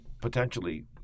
potentially